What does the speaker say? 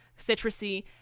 citrusy